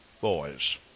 boys